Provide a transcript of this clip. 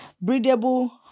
Breathable